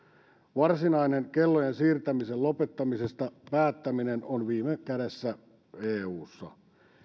varsinainen kellojen siirtämisen lopettamisesta päättäminen on viime kädessä eussa